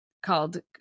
called